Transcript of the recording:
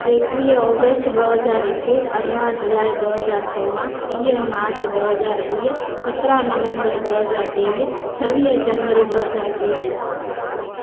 एक्वीह ऑगस्ट ॿ हज़ार हिकु अरिड़हं जुलाई ॿ हज़ार सोरांह टीह मार्च ॿ हज़ार वीह सतिरहं नवम्बर ॿ हज़ार टेवीह छवीह जनवरी ॿ हज़ार चोवीह